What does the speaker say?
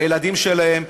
הילדים שלהם,